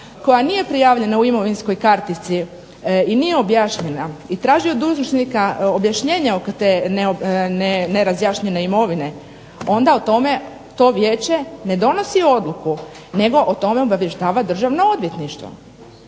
koja nije prijavljena u imovinskoj kartici i nije objašnjena. I traži dužnosnika objašnjenje oko te nerazjašnjene imovine, onda o tome to vijeće ne donosi odluku nego o tome obavještava Državno odvjetništvo